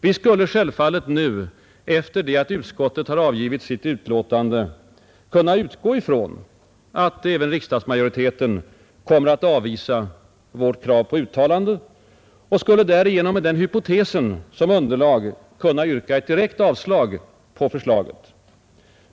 Vi skulle självfallet nu, efter det att utskottet har avgivit sitt utlåtande, kunna utgå från att även riksdagsmajoriteten kommer att avvisa vårt uttalande och skulle med denna hypotes som underlag kunna yrka ett direkt avslag på lagförslaget.